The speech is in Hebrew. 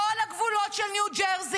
לא על הגבולות של ניו ג'רזי,